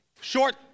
short